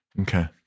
Okay